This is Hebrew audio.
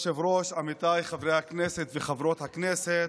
כבוד היושב-ראש, עמיתיי חברי הכנסת וחברות הכנסת,